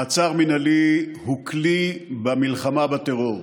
מעצר מינהלי הוא כלי במלחמה בטרור,